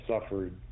suffered